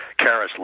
Karis